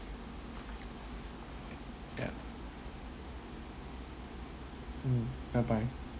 ya mm bye bye